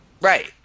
Right